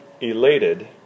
elated